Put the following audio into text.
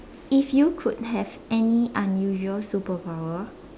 if you could have any unusual superpower